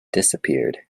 disappeared